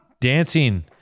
dancing